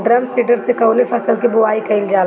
Drum seeder से कवने फसल कि बुआई कयील जाला?